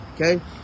Okay